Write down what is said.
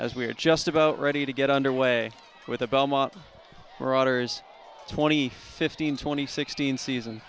as we're just about ready to get underway with the belmont rodders twenty fifteen twenty sixteen season